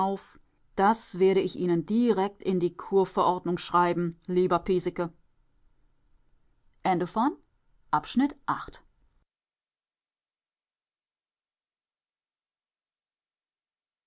das werde ich ihnen direkt in die kurverordnung schreiben lieber